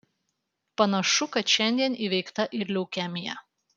panašu kad šiandien įveikta ir leukemija